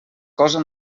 cosa